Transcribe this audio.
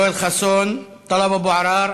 יואל חסון, טלב אבו עראר.